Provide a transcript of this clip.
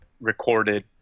recorded